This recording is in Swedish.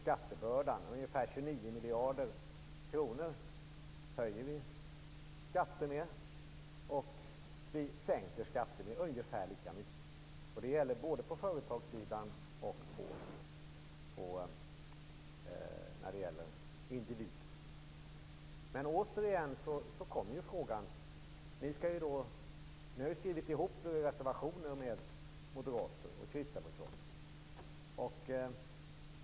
Skatten höjs med ungefär 29 miljarder kr och sänks med ungefär lika mycket - det gäller både på företagssidan och för individer. Återigen uppstår en fråga. Folkpartiet har ju skrivit reservationer ihop med Moderaterna och Kristdemokraterna.